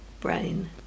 brain